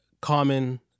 Common